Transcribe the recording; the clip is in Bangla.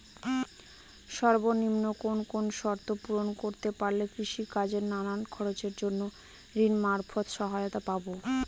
সর্বনিম্ন কোন কোন শর্ত পূরণ করতে পারলে কৃষিকাজের নানান খরচের জন্য ঋণ মারফত সহায়তা পাব?